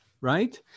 right